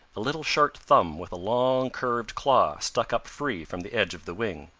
a little short thumb with a long, curved claw stuck up free from the edge of the wing.